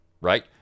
right